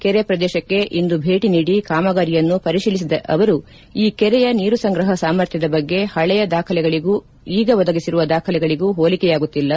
ಕೆರೆ ಪ್ರದೇಶಕ್ಕೆ ಇಂದು ಭೇಟಿ ನೀಡಿ ಕಾಮಗಾರಿಯನ್ನು ಪರಿಶೀಲಿಸಿದ ಅವರು ಈ ಕೆರೆಯ ನೀರು ಸಂಗ್ರಹ ಸಾಮರ್ಥ್ಯದ ಬಗ್ಗೆ ಪಳೆಯ ದಾಖಲೆಗಳಿಗೂ ಈಗ ಒದಗಿಸಿರುವ ದಾಖಲೆಗಳಿಗೂ ಹೋಲಿಕೆಯಾಗುತ್ತಿಲ್ಲ